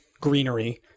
greenery